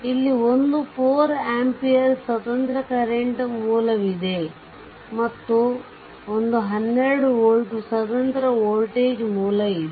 ಇಲ್ಲಿ ಒಂದು 4 ಆಂಪಿಯರ್ ಸ್ವತಂತ್ರ ಕರೆಂಟ್ ಮೂಲವಿದೆ ಮತ್ತು ಒಂದು 12 ವೋಲ್ಟ್ ಸ್ವತಂತ್ರ ವೋಲ್ಟೇಜ್ ಮೂಲ ಇದೆ